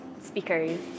speakers